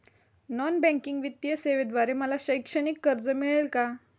Non banking वित्तीय सेवेद्वारे मला शैक्षणिक कर्ज मिळेल का?